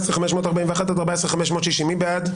14,541 עד 14,560, מי בעד?